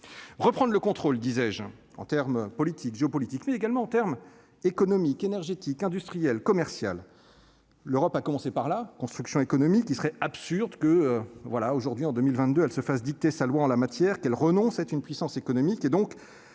reprendre le contrôle, disais-je, en termes politiques, géopolitiques, mais également en termes économiques énergétique industriel, commercial, l'Europe, à commencer par la construction économique, il serait absurde que voilà aujourd'hui en 2022 elle se fasse dicter sa loi en la matière qu'elle renonce : être une puissance économique et donc